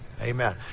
Amen